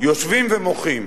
יושבים ומוחים.